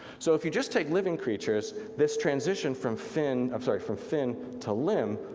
so if you just take living creatures, this transition from fin, i'm sorry from fin to limb,